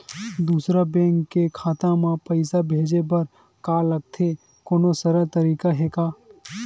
दूसरा बैंक के खाता मा पईसा भेजे बर का लगथे कोनो सरल तरीका हे का?